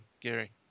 Gary